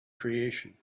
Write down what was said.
creation